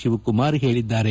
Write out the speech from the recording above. ಶಿವಕುಮಾರ್ ಹೇಳಿದ್ದಾರೆ